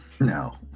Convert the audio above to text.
No